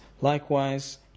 likewise